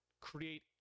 create